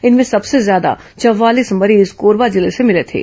इनमें सबसे ज्यादा चवालीस मरीज कोरबा जिले से मिले थे